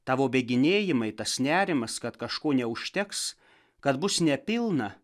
tavo bėginėjimai tas nerimas kad kažko neužteks kad bus nepilna